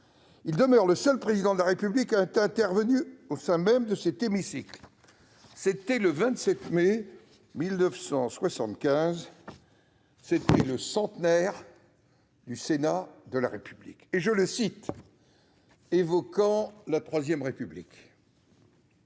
il demeure le seul Président de la République à être intervenu au sein même de cet hémicycle ; c'était le 27 mai 1975, pour le centenaire du Sénat de la République. À cette occasion, évoquant la III République,